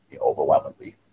overwhelmingly